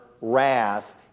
wrath